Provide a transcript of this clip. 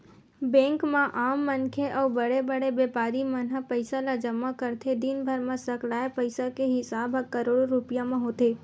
bank म आम मनखे अउ बड़े बड़े बेपारी मन ह पइसा ल जमा करथे, दिनभर म सकलाय पइसा के हिसाब ह करोड़ो रूपिया म होथे